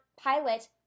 pilot